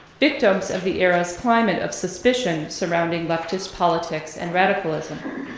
victims of the era's climate of suspicion surrounding leftist politics and radicalism.